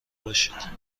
باشید